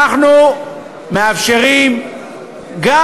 אנחנו מאפשרים גם,